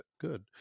good